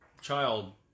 child